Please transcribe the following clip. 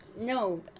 No